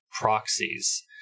proxies